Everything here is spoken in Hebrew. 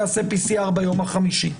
יעשה PCR ביום החמישי?